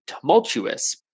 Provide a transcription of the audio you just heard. tumultuous